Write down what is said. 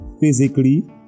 physically